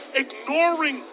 ignoring